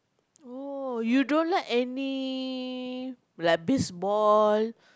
oh you don't like any like baseball